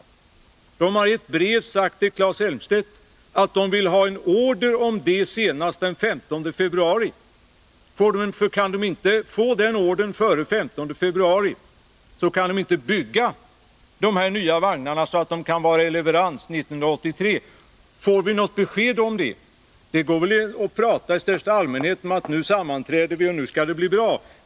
ASEA har i ett brev till Claes Elmstedt sagt att man vill ha denna order senast den 15 februari. Får ASEA inte den ordern före den 15 februari, kan man inte bygga de nya vagnarna för att leverera dem 1983. Får vi något besked om den saken? Det går väl att prata i största allmänhet om att man sammanträder och att allting nu skall bli bra.